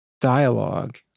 dialogue